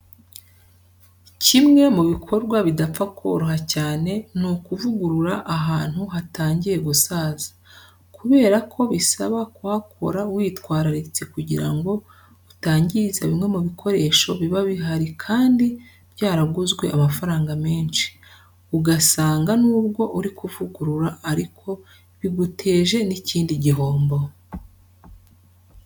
Kimwe mu bikowa bidapfa koroha cyane ni ukuvugurura ahantu hatangiye gusaza, kubera ko bisaba kuhakora witwararitse kugira ngo utangiza bimwe mu bikoresho biba bihari kandi byaraguzwe amafaranga menshi, ugasanga nubwo uri kuvugurura ariko biguteje n'ikindi gihombo.